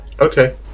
Okay